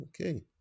Okay